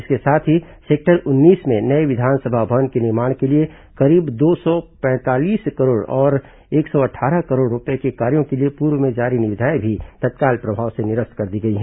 इसके साथ ही सेक्टर उन्नीस में नये विधानसभा भवन के निर्माण के लिए करीब दो सौ पैंतालीस करोड़ और एक सौ अट्ठारह करोड़ रूपये के कार्यों के लिए पूर्व में जारी निविदाएं भी तत्काल प्रभाव से निरस्त कर दी गई हैं